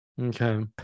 okay